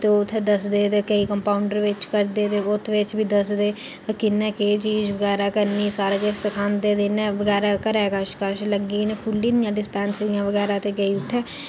ते ओह् उत्थैं दस्सदे ते केईं कम्पाउंडर बिच्च करदे ते ओह्दे बिच्च बी दस्सदे किन्ने केह् चीज बगैरा करनी सारा किश सखांदे ते इन्नै बगैरा घरै कच्छ कच्छ लग्गी इ'यां खुल्ली दियां डिस्पेंसरियां बगैरा ते केईं उत्थैं